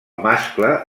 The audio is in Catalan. mascle